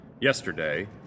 yesterday